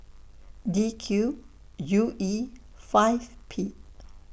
D Q U E five P